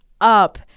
up